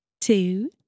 two